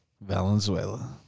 Valenzuela